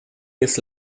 jest